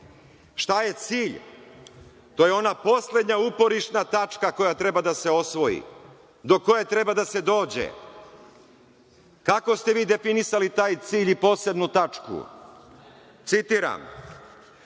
šta je cilj, to je ona poslednja uporišna tačka koja treba da se osvoji, do koje treba da se dođe. Kako ste vi definisali taj cilj i posebnu tačku? Citiram